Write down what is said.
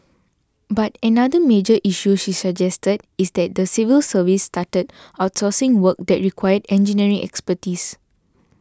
but another major issue she suggests is that the civil service started outsourcing work that required engineering expertise